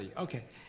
okay.